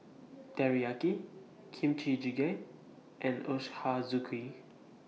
Teriyaki Kimchi Jjigae and Ochazuke